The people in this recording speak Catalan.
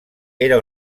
era